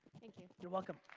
thank you. you're welcome.